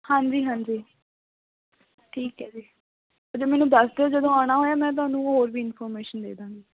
ਹਾਂਜੀ ਹਾਂਜੀ ਠੀਕ ਹੈ ਜੀ ਅੱਛਾ ਮੈਨੂੰ ਦੱਸ ਦਿਓ ਜਦੋਂ ਆਉਣਾ ਹੋਇਆ ਮੈਂ ਤੁਹਾਨੂੰ ਹੋਰ ਵੀ ਇਨਫੋਰਮੇਸ਼ਨ ਦੇ ਦਾਂਗੀ